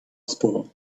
spoil